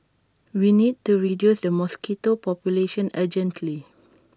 we need to reduce the mosquito population urgently